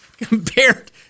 Compared